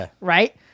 right